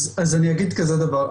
אז אני אגיד כזה דבר,